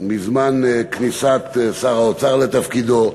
ומזמן כניסת שר האוצר לתפקידו.